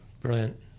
brilliant